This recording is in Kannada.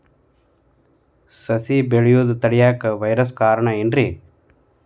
ಸಸಿ ಬೆಳೆಯುದ ತಡಿಯಾಕ ವೈರಸ್ ಕಾರಣ ಏನ್ರಿ?